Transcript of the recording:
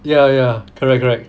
ya ya correct correct